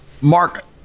Mark